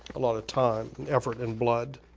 a lot of time, and effort, and blood.